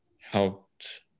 helped